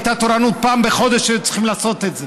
הייתה תורנות ופעם בחודש היו צריכים לעשות את זה.